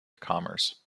commerce